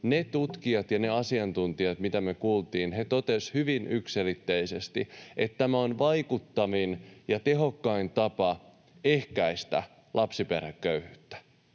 ne tutkijat ja ne asiantuntijat, mitä me kuultiin, totesivat hyvin yksiselitteisesti, että tämä on vaikuttavin ja tehokkain tapa ehkäistä lapsiperheköyhyyttä.